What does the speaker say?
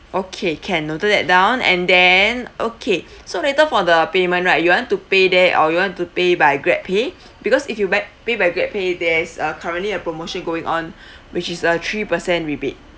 okay can noted that down and then okay so later for the payment right you want to pay there or you want to pay by grab pay because if you buy pay by grab pay there's a currently a promotion going on which is a three percent rebate